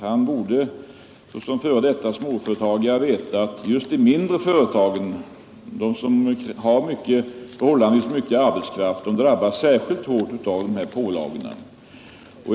Han borde såsom f. d. småföretagare veta att just de mindre företag som har förhållandevis mycket arbetskraft drabbas särskilt hårt av de här pålagorna.